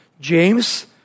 James